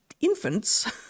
infants